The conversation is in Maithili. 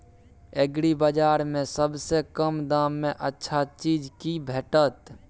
एग्रीबाजार में सबसे कम दाम में अच्छा चीज की भेटत?